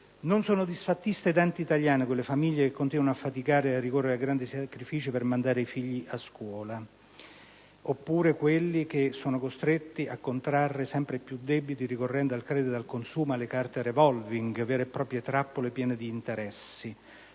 Non sono disfattiste ed anti-italiane le famiglie che continuano a faticare ed a ricorrere a grandi sacrifici per mandare i figli a scuola, oppure coloro che sono costretti a contrarre sempre più debiti ricorrendo al credito al consumo ed alle carte *revolving*, vere e proprie trappole piene di interessi